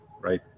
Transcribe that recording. right